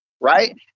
right